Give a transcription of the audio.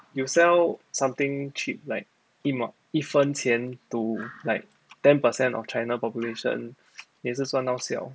you sell something cheap like 一毛一分钱 to like ten per cent of china population 你也是算到 siao